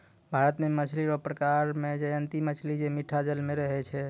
भारत मे मछली रो प्रकार मे जयंती मछली जे मीठा जल मे रहै छै